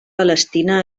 palestina